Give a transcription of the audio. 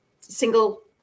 single